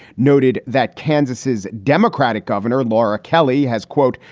noted that kansas's democratic governor, laura kelly, has, quote,